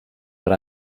what